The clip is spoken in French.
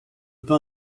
pain